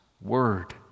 word